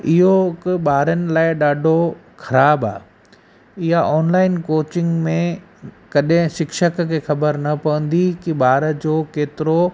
इहो हिकु ॿारनि लाइ ॾाढो ख़राबु आहे ईअं ऑनलाइन कोचिंग में कॾहिं शिक्षक खे ख़बर न पवंदी कि ॿार जो केतिरो